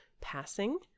passing